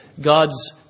God's